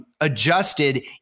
adjusted